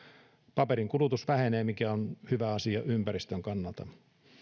paperin kulutus vähenee mikä on hyvä asia ympäristön kannalta